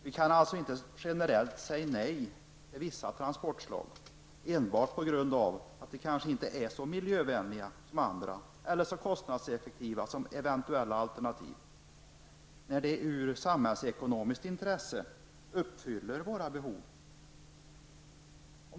Vi kan alltså inte generellt säga nej till vissa transportslag enbart på grund av att de kanske inte är så miljövänliga som andra eller så kostnadseffektiva som eventuella, när de ur samhällsekonomisk synpunkt uppfyller våra behov.